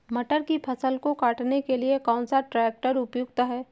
मटर की फसल को काटने के लिए कौन सा ट्रैक्टर उपयुक्त है?